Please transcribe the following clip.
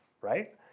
right